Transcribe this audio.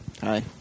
Hi